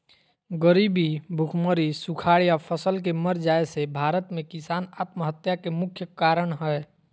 गरीबी, भुखमरी, सुखाड़ या फसल के मर जाय से भारत में किसान आत्महत्या के मुख्य कारण हय